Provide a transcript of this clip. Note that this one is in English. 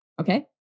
Okay